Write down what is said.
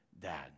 dad